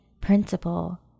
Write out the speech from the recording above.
principle